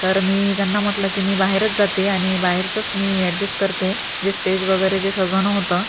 तर मी त्यांना म्हटलं की मी बाहेरच जाते आणि बाहेरचंच मी ॲडजस्ट करते जे स्टेज वगैरे जे सजवणं होतं